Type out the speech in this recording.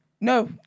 No